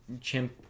chimp